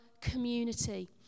community